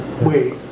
Wait